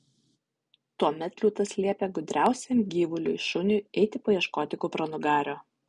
tuomet liūtas liepė gudriausiam gyvuliui šuniui eiti paieškoti kupranugario